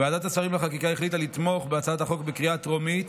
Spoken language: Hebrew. ועדת השרים לחקיקה החליטה לתמוך בהצעת החוק בקריאה טרומית,